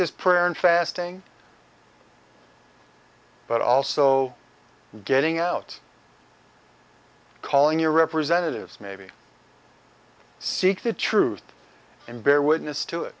just prayer and fasting but also getting out calling your representatives maybe seek the truth and bear witness to it